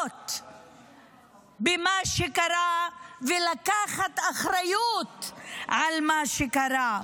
במה שקרה ולקיחת אחריות על מה שקרה.